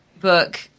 Book